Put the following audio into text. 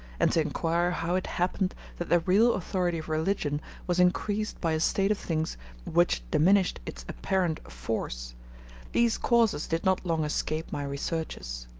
and to inquire how it happened that the real authority of religion was increased by a state of things which diminished its apparent force these causes did not long escape my researches.